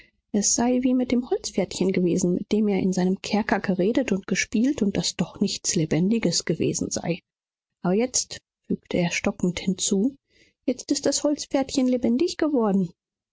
es sei wie mit dem holzpferdchen gewesen mit dem er in seinem kerker geredet und gespielt und das doch nichts lebendiges gewesen sei aber jetzt fügte er stockend hinzu jetzt ist das holzpferdchen lebendig geworden